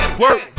work